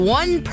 one